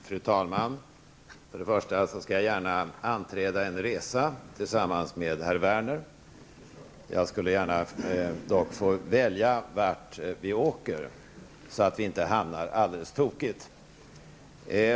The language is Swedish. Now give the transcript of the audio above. Fru talman! För det första skall jag gärna anträda en resa tillsammans med herr Werner. Jag vill dock gärna få välja vart vi åker, så att vi inte hamnar alldeles tokigt.